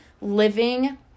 living